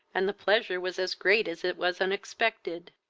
and the pleasure was as great as it was unexpected.